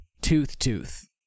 tooth-tooth